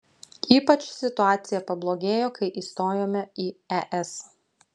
ypač situacija pablogėjo kai įstojome į es